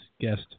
guest